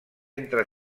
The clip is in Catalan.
entre